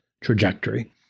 trajectory